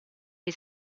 dei